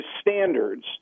standards